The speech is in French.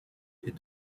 est